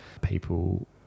people